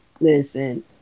Listen